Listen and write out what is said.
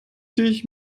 dich